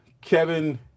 Kevin